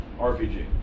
RPG